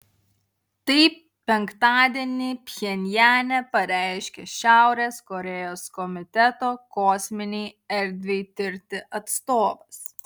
tai penktadienį pchenjane pareiškė šiaurės korėjos komiteto kosminei erdvei tirti atstovas